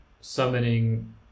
summoning